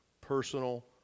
personal